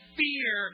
fear